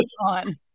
on